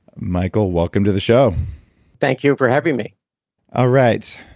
michael welcome to the show thank you for having me all right.